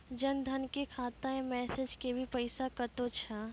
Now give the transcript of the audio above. जन धन के खाता मैं मैसेज के भी पैसा कतो छ?